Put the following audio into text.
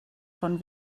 von